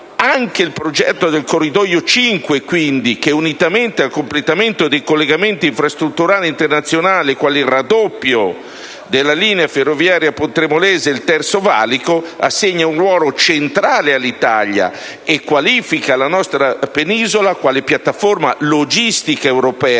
Anche il progetto del corridoio 5, quindi unitamente al completamento dei collegamenti infrastrutturali internazionali, come il raddoppio della linea ferroviaria Pontremolese e il Terzo valico, assegna un ruolo centrale all'Italia e qualifica la nostra penisola quale piattaforma logistica europea